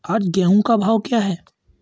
आज गेहूँ का भाव क्या है?